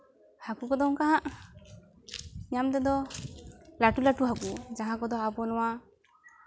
ᱦᱟᱹᱠᱩ ᱠᱚᱫᱚ ᱚᱱᱠᱟ ᱦᱟᱸᱜ ᱧᱟᱢ ᱛᱮᱫᱚ ᱞᱟᱹᱴᱩ ᱞᱟᱹᱴᱩ ᱦᱟᱹᱠᱩ ᱡᱟᱦᱟᱸ ᱠᱚᱫᱚ ᱟᱵᱚ ᱱᱚᱣᱟ